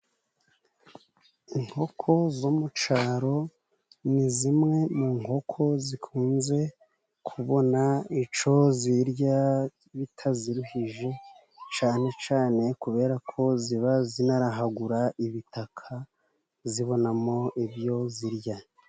Inkoko zo mu cyaro, ni zimwe mu nkoko zikunze kubona icyo zirya bitaziruhije, cyane cyane kubera ko ziba zinaraha ibitaka zibonamo ibyo zirya.